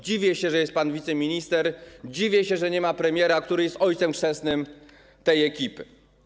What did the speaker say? Dziwię się, że jest pan wiceminister, dziwię się, że nie ma premiera, który jest ojcem chrzestnym tej ekipy.